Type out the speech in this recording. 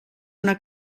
una